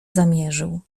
zamierzył